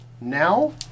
Now